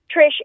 Trish